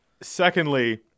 Secondly